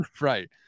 Right